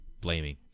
blaming